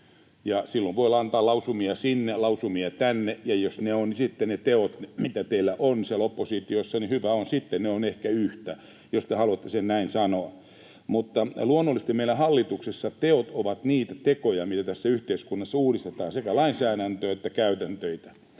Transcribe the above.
silloin voi antaa lausumia sinne, lausumia tänne, ja jos ne ovat sitten ne teot, mitä teillä on siellä oppositiossa, niin hyvä on. Sitten ne ovat ehkä yhtä, jos te haluatte sen näin sanoa. Mutta luonnollisesti meillä hallituksessa teot ovat niitä tekoja, millä tässä yhteiskunnassa uudistetaan sekä lainsäädäntöä että käytänteitä.